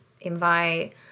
invite